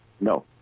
No